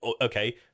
Okay